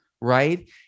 right